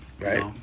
right